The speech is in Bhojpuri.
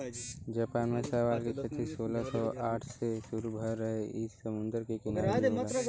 जापान में शैवाल के खेती सोलह सौ साठ से शुरू भयल रहे इ समुंदर के किनारे भी होला